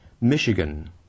Michigan